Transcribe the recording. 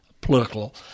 political